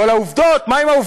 אבל העובדות, מה עם העובדות?